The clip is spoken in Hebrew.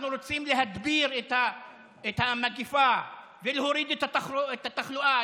אנחנו רוצים להדביר את המגפה ולהוריד את התחלואה.